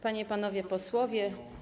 Panie i Panowie Posłowie!